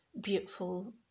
beautiful